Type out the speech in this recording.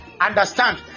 understand